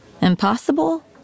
Impossible